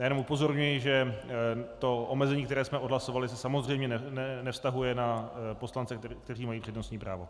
Jenom upozorňuji, že omezení, které jsme odhlasovali, se samozřejmě nevztahuje na poslance, kteří mají přednostní právo.